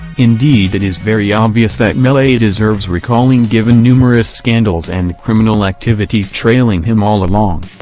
indeed it is very obvious that melaye deserves recalling given numerous scandals and criminal activities trailing him all along.